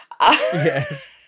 Yes